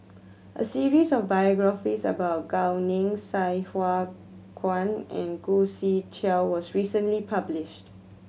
a series of biographies about Gao Ning Sai Hua Kuan and Khoo Swee Chiow was recently published